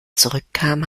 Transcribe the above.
zurückkam